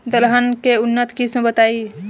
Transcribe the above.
दलहन के उन्नत किस्म बताई?